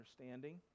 understanding